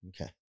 Okay